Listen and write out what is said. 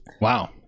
wow